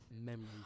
memories